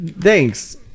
thanks